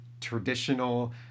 traditional